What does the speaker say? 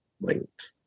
linked